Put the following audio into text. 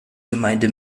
gemeinde